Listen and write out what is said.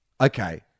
okay